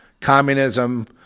communism